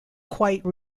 quite